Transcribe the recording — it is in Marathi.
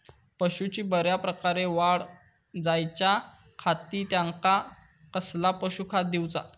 पशूंची बऱ्या प्रकारे वाढ जायच्या खाती त्यांका कसला पशुखाद्य दिऊचा?